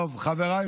טוב, חבריי